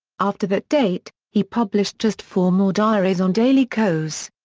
after that date, he published just four more diaries on daily kos.